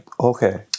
Okay